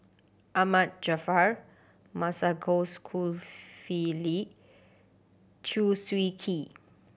Ahmad Jaafar Masagos Zulkifli Chew Swee Kee